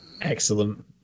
Excellent